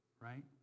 right